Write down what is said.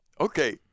okay